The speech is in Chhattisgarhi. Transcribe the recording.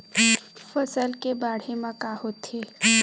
फसल से बाढ़े म का होथे?